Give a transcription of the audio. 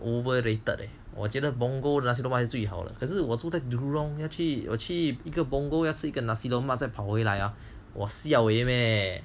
overrated leh 我觉得 punggol nasi lemak 就最好了可是我住在 jurong 要去要去 punggol 要是一个 nasi lemak 再跑回来呀我 siao meh